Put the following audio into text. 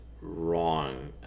wrong